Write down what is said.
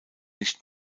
nicht